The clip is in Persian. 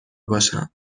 باشم